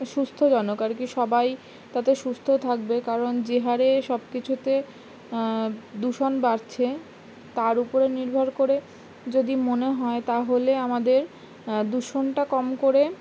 সুস্থজনক আর কি সবাই তাতে সুস্থ থাকবে কারণ যে হারে সব কিছুতে দূষণ বাড়ছে তার উপরে নির্ভর করে যদি মনে হয় তাহলে আমাদের দূষণটা কম করে